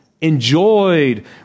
enjoyed